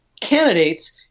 candidates